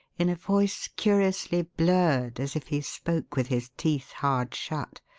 in a voice curiously blurred, as if he spoke with his teeth hard shut.